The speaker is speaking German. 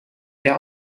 der